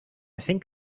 think